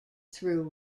threw